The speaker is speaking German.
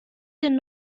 den